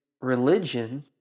religion